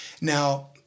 Now